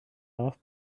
off